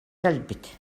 кэлбит